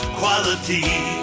quality